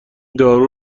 دارو